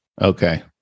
Okay